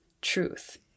truth